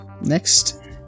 Next